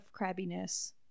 crabbiness